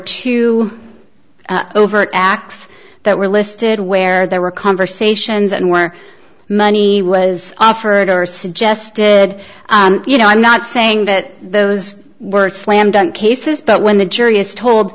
two overt acts that were listed where there were conversations and were money was offered or suggested you know i'm not saying that those were slam dunk cases but when the jury is told